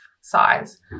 size